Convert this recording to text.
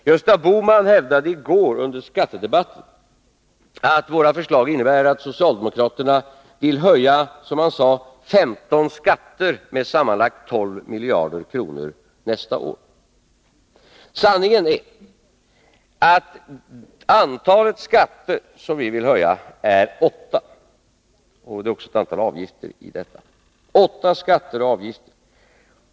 Gösta Bohman hävdade i går under skattedebatten att våra förslag innebär att socialdemokraterna vill höja, som han sade, 15 skatter med sammanlagt 12 miljarder kronor nästa år. Sanningen är att antalet skatter som vi vill höja är åtta. Det finns då också en del avgifter i detta — det är alltså åtta skatter och avgifter.